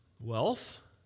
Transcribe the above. Wealth